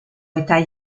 eta